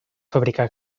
fabricar